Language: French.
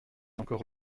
encore